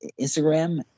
Instagram